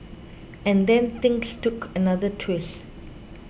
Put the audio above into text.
and then things took another twist